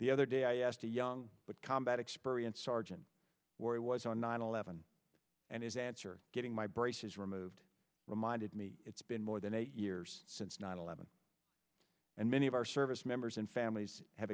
the other day i asked a young but combat experience sergeant where he was on nine eleven and his answer getting my braces removed reminded me it's been more than eight years since nine eleven and many of our service members and families have